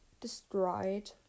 destroyed